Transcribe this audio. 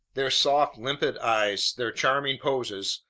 their soft, limpid eyes, their charming poses,